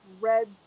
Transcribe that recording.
Red